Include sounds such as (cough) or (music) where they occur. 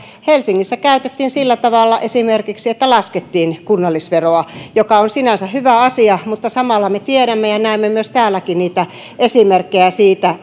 helsingissä käytettiin esimerkiksi sillä tavalla että laskettiin kunnallisveroa mikä on sinänsä hyvä asia mutta samalla me tiedämme ja näemme myös täällä esimerkkejä siitä (unintelligible)